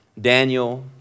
Daniel